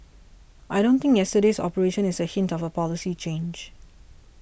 I don't think yesterday's operation is a hint of a policy change